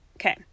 Okay